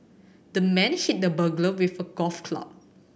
the man hit the burglar with a golf club